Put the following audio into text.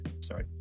sorry